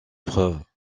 preuve